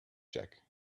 jack